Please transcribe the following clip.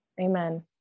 Amen